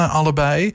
allebei